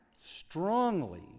strongly